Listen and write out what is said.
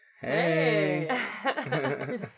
Hey